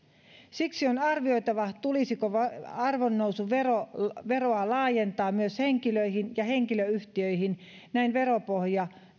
siksi on arvioitava tulisiko arvonnousuveroa laajentaa myös henkilöihin ja henkilöyhtiöihin näin veropohja